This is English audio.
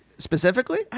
Specifically